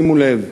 שימו לב,